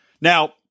Now